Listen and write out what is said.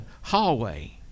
hallway